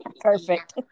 Perfect